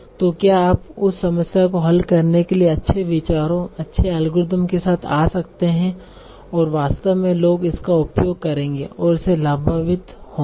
तो क्या आप उस समस्या को हल करने के लिए अच्छे विचारों अच्छे एल्गोरिदम के साथ आ सकते हैं और वास्तव में लोग इसका उपयोग करेंगे और इससे लाभान्वित होंगे